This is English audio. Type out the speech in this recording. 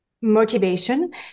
motivation